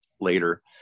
later